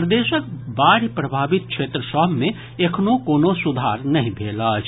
प्रदेशक बाढ़ि प्रभावित क्षेत्र सभ मे एखनो कोनो सुधार नहि भेल अछि